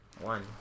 One